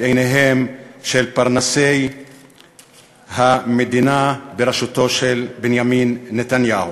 עיניהם של פרנסי המדינה בראשותו של בנימין נתניהו.